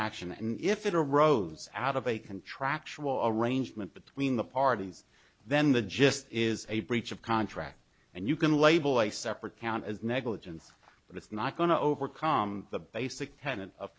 action and if it arose out of a contractual arrangement between the parties then the just is a breach of contract and you can label a separate count as negligence but it's not going to overcome the basic tenant of